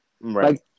right